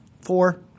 Four